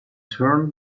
turn